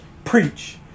preach